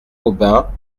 aubin